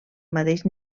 mateix